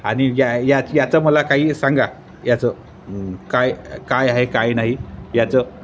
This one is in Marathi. आणि या या याचं मला काही सांगा याचं काय काय आहे काय नाही याचं